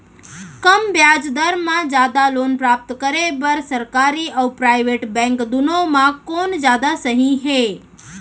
कम ब्याज दर मा जादा लोन प्राप्त करे बर, सरकारी अऊ प्राइवेट बैंक दुनो मा कोन जादा सही हे?